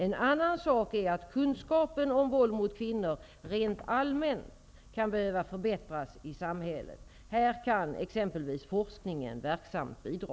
En annan sak är att kunskapen om våld mot kvinnor rent allmänt kan behöva förbättras i samhället. Här kan exempelvis forskningen verksamt bidra.